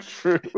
true